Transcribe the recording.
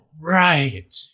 Right